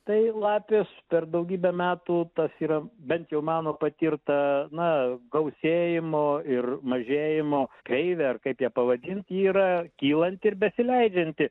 tai lapės per daugybę metų tas yra bent jau mano patirta na gausėjimo ir mažėjimo kreivė ar kaip ją pavadint ji yra kylanti ir besileidžianti